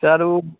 sir उ